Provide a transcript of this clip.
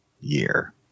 year